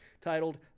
titled